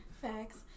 Facts